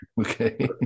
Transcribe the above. Okay